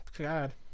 God